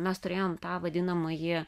mes turėjom tą vadinamąjį